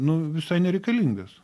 nu visai nereikalingas